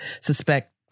suspect